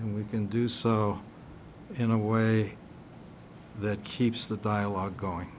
and we can do so in a way that keeps the dialogue going